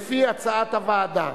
לפי הצעת הוועדה.